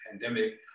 pandemic